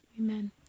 Amen